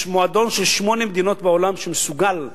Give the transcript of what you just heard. יש מועדון של שמונה מדינות בעולם שמסוגלות